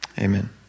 Amen